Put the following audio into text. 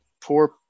poor